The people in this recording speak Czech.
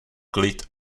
klid